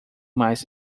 mais